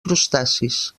crustacis